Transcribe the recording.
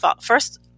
first